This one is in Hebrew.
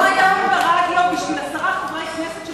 לא היה פרסום ברדיו בשביל עשרה חברי כנסת של